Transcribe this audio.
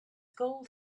gold